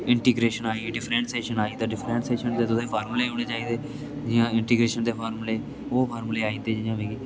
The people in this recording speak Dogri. इंटीग्रेशन आई डीफरैंटसेशन आई ते डीफरैंटसेशन दे तुसें फार्मुले औने चाहिदे जियां इंटीग्रेशन दे फार्मुले ओह् फार्मुले आई जंदे जियां मिगी